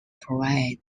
provide